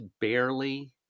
barely